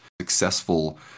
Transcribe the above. successful